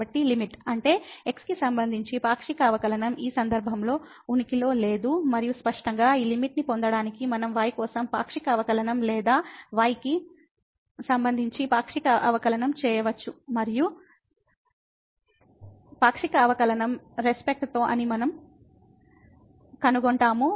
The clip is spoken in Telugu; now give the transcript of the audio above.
కాబట్టి లిమిట్ అంటే x కి సంబంధించి పాక్షిక అవకలనం ఈ సందర్భంలో ఉనికిలో లేదు మరియు స్పష్టంగా ఈ లిమిట్ ని పొందడానికి మనం y కోసం పాక్షిక అవకలనంలేదా y కి సంబంధించి పాక్షిక అవకలనంచేయవచ్చు మరియు పాక్షిక అవకలనం కు సంబంధించి అని మనం కనుగొంటాము